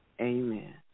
Amen